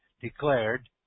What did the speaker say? declared